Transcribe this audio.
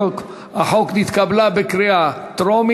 הוספת זכות לשירותי תזונה),